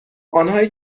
آنهایی